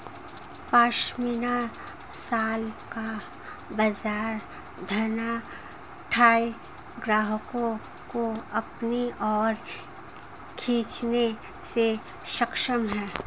pashmina shawl का बाजार धनाढ्य ग्राहकों को अपनी ओर खींचने में सक्षम है